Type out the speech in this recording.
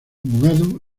abogado